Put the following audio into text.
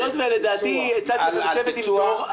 היות שלדעתי הצעתי לכם לשבת עם דרור,